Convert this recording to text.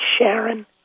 Sharon